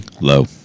Low